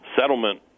settlement